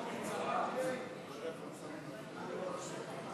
חבריי חברי הכנסת,